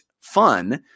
fun